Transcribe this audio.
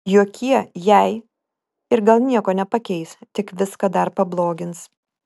jokie jei ir gal nieko nepakeis tik viską dar pablogins